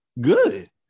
good